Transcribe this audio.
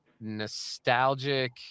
nostalgic